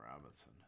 Robinson